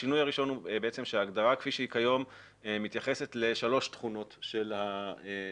השינוי הראשון הוא שההגדרה כפי שהיא כיום מתייחסת לשלוש תכונות של הבוצה